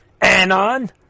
Anon